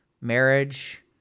marriage—